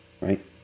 Right